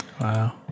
Wow